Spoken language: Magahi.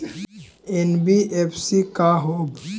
एन.बी.एफ.सी का होब?